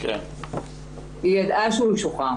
היא ידעה שהוא שוחרר.